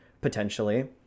potentially